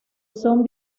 son